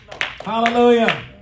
Hallelujah